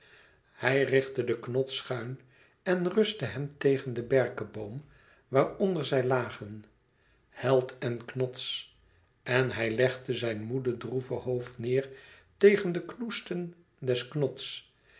hij richtte den knots schuin en rustte hem tegen den berkeboom waar onder zij lagen held en knots en hij legde zijn moede droeve hoofd neêr tegen de knoesten des knots